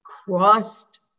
crossed